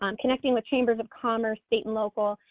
um connecting with chambers of commerce, state and local,